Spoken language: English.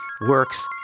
works